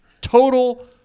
Total